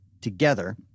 together